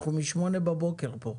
אנחנו מ-8:00 בבוקר כאן,